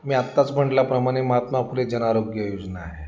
मी आत्ताच म्हटल्याप्रमाणे महात्मा फुले जनआरोग्य योजना आहे